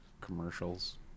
commercials